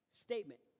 statement